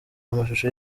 amashusho